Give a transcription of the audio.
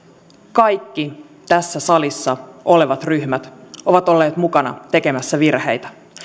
kaikki tässä salissa olevat ryhmät ovat olleet mukana tekemässä virheitä